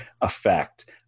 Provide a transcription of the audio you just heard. effect